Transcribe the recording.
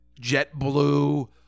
JetBlue